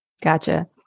Gotcha